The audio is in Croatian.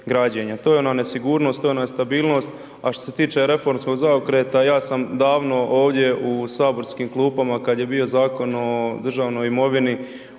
To je ona nesigurnost, to je nestabilnost, a što se tiče reformskog zaokreta ja sam davno ovdje u saborskim klupama kad je bio Zakon o državnoj imovini